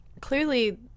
Clearly